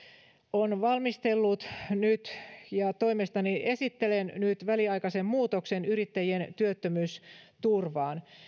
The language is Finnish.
on valmistellut toimestani ja minä esittelen nyt väliaikaisen muutoksen yrittäjien työttömyysturvaan